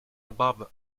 above